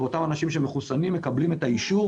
ואותם אנשים שמחוסנים מקבלים את האישור